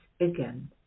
again